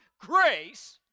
grace